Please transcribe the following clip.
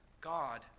God